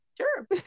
sure